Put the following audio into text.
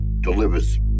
delivers